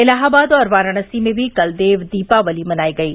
इलाहाबाद और वारणसी में भी कल देव दीपावली मनायी गयी